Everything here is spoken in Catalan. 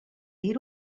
dir